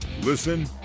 Listen